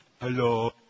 Hello